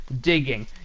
digging